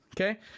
okay